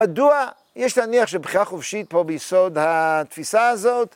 מדוע? יש להניח שבחירה חופשית פה ביסוד התפיסה הזאת.